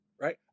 right